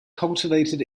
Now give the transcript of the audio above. cultivated